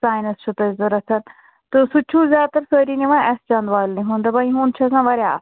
science چھُو تۄہہِ ضُوٚرَتھ تہٕ سُہ تہِ چھُو زیادٕ تَر سٲری نِوان ایٚس چانٛد والنٕے ہُنٛد دپان یِہُنٛد چھِ آسان واریاہ اصٕل